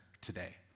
today